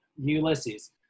Ulysses